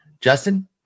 Justin